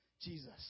Jesus